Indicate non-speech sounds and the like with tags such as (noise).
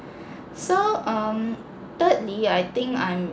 (breath) so um thirdly I think I'm